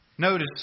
Notice